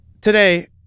Today